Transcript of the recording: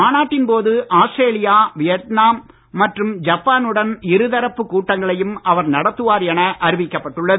மாநாட்டின் போது Australia Vietnam மற்றும் ஜப்பானுடன் இருதரப்புக் கூட்டங்களையும் அவர் நடத்துவார் என அறிவிக்கப்பட்டு உள்ளது